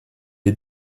est